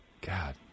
God